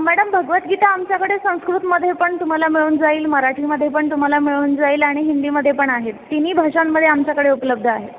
madam Bhagavad Gita आमच्याकडे संस्कृतमध्ये पण तुम्हाला मिळून जाईल मराठीमध्ये पण तुम्हाला मिळून जाईल आणि हिंदीमध्ये पण आहे तिन्ही भाषांमध्ये आमच्याकडे उपलब्ध आहे